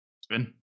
Spin